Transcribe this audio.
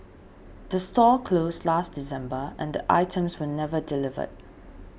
the store closed last December and the items were never delivered